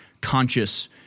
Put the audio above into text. conscious